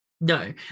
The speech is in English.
No